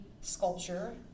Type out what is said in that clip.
sculpture